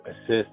assist